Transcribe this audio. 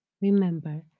Remember